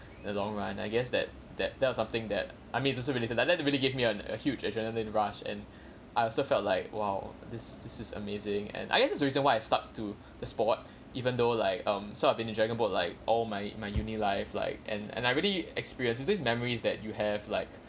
in the long run I guess that that that was something that I mean it's also really like that really give me on a huge adrenaline rush and I also felt like !wow! this this is amazing and I guess this is the reason why I stuck to the sport even though like um so I've been in dragon boat like all my my uni life like and and I really experiences these memories that you have like